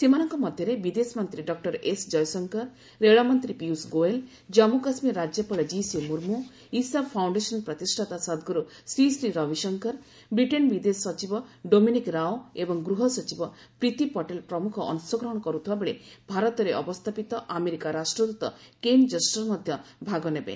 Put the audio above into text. ସେମାନଙ୍କ ମଧ୍ୟରେ ବିଦେଶ ମନ୍ତ୍ରୀ ଡକୁର ଏସ୍ ଜୟଶଙ୍କର ରେଳମନ୍ତ୍ରୀ ପିୟୁଷ ଗୋଏଲ୍ ଜାନ୍ଗୁ କାଶ୍ମୀର ରାଜ୍ୟପାଳ ଜିସି ମୁର୍ମୁ ଇସା ଫାଉଣ୍ଡେସନ ପ୍ରତିଷ୍ଠାତା ସଦ୍ଗୁରୁ ଶ୍ରୀଶ୍ରୀ ରବିଶଙ୍କର ବ୍ରିଟେନ୍ ବିଦେଶ ସଚିବ ଡୋମିନିକ୍ ରାଓ ଏବଂ ଗୃହ ସଚିବ ପ୍ରୀତି ପଟେଲ ପ୍ରମୁଖ ଅଂଶ ଗ୍ରହଣ କରୁଥିବା ବେଳେ ଭାରତରେ ଅବସ୍ଥାପିତ ଆମେରିକା ରାଷ୍ଟ୍ରଦୂତ କେନ୍ ଜଷ୍ଟର୍ ମଧ୍ୟ ଭାଗ ନେବେ